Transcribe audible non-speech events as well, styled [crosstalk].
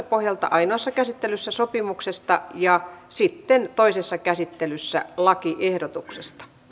[unintelligible] pohjalta ainoassa käsittelyssä sopimuksesta ja sitten toisessa käsittelyssä lakiehdotuksesta